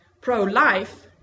pro-life